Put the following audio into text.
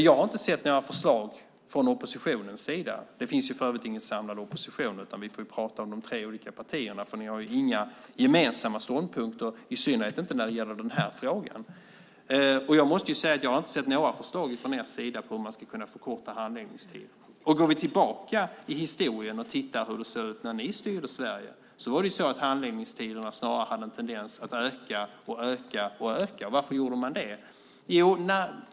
Jag har inte sett några förslag från oppositionens sida. Det finns för övrigt ingen samlad opposition utan vi får prata med de tre olika partierna. Ni har ju inga gemensamma ståndpunkter, i synnerhet inte när det gäller den här frågan. Jag måste säga att jag inte har sett några förslag från er sida på om man ska kunna förkorta handläggningstiderna. Går vi tillbaka i historien och tittar på hur det såg ut när ni styrde Sverige kan vi se att handläggningstiderna snarare hade en tendens att öka, öka och öka. Varför gjorde de det?